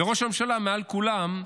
וראש הממשלה מעל כולם,